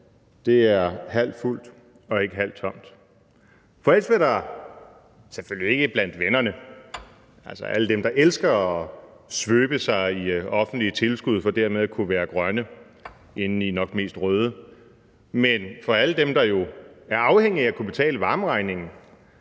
der er halvt fuldt og ikke halvt tomt. For ellers vil det betyde, selvfølgelig ikke blandt vennerne – altså alle dem, der elsker at svøbe sig i offentlige tilskud for dermed at kunne være grønne, indeni er de nok mest røde – men for alle dem, der jo er afhængige af at kunne betale varmeregningen,